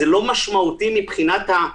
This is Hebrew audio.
זה לא משמעותי במובן של הקנס.